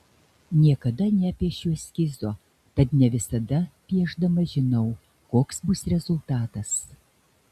niekada nepiešiu eskizo tad ne visada piešdama žinau koks bus rezultatas